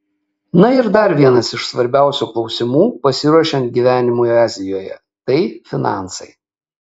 na ir dar vienas iš svarbiausių klausimų pasiruošiant gyvenimui azijoje tai finansai